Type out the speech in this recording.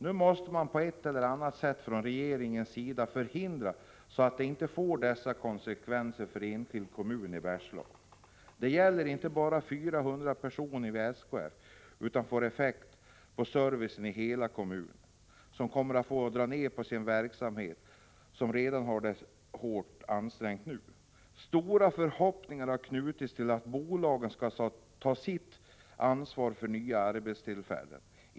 Nu måste man från regeringens sida på ett eller annat sätt förhindra att en enskild kommun i Bergslagen drabbas av dessa konsekvenser. Det gäller inte bara 400 personer vid SKF. En eventuell nedläggning får effekt på servicen i hela kommunen; kommunen måste dra ned på sin verksamhet, som redan är hårt ansträngd. Stora förhoppningar har knutits till att bolagen skall ta sitt ansvar för nya arbetstillfällen.